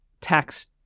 tax